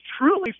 truly